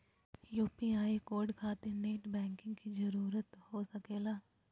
UPI code खातिर net banking की जरूरत हो सके ला?